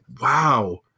wow